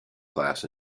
class